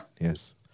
Yes